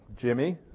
Jimmy